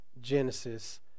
Genesis